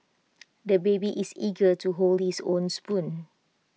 the baby is eager to hold his own spoon